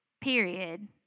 period